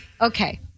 Okay